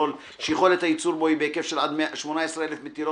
שיכולת הייצור בו היא בהיקף של עד 18,000 מטילות,